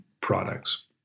products